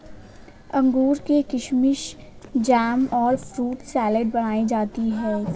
अंगूर से किशमिस जैम और फ्रूट सलाद बनाई जाती है